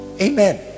Amen